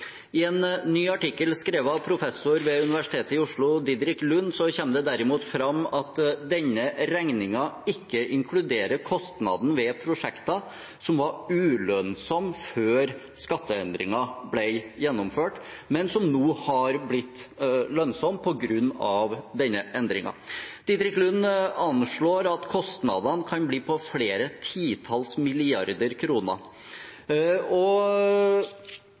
I en ny artikkel skrevet av professor ved Universitetet i Oslo, Diderik Lund, kommer det derimot fram at denne regningen ikke inkluderer kostnaden ved prosjekter som var ulønnsomme før skatteendringen ble gjennomført, men som nå har blitt lønnsomme på grunn av denne endringen. Diderik Lund anslår at kostnadene kan ligge på flere titalls milliarder kroner.